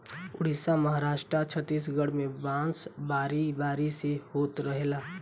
उड़ीसा, महाराष्ट्र, छतीसगढ़ में बांस बारी बारी से होत रहेला